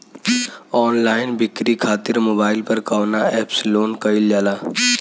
Online बिक्री खातिर mobile पर कवना एप्स लोन कईल जाला?